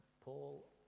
Paul